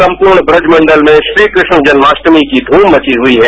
संपूर्ण बुजमंडल में श्रीकृष्ण जन्माष्टमी की घूम मची हुई है